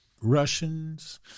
Russians